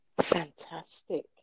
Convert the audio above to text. Fantastic